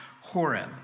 Horeb